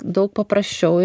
daug paprasčiau